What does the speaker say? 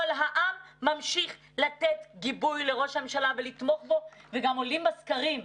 אבל העם ממשיך לתת גיבוי לראש הממשלה ולתמוך בו וגם עולים בסקרים.